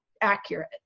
accurate